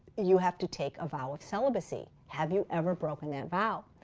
you have to take a vow of celibacy. have you ever broken that vow?